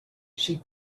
she